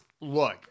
look